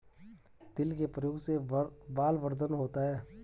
तिल के प्रयोग से बलवर्धन होता है